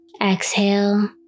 Exhale